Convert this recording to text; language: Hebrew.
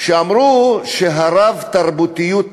שאמרו שהרב-תרבותיות נכשלה.